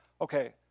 Okay